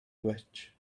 watch